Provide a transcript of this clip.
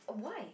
why